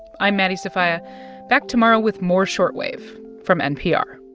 i'm maddie sofia back tomorrow with more short wave from npr